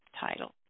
title